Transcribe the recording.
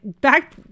back